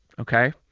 okay